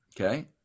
Okay